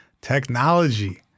technology